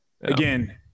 again